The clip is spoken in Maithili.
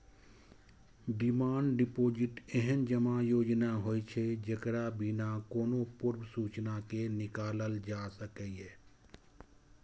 डिमांड डिपोजिट एहन जमा योजना होइ छै, जेकरा बिना कोनो पूर्व सूचना के निकालल जा सकैए